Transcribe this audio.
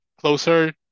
closer